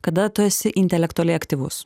kada tu esi intelektualiai aktyvus